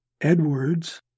Edwards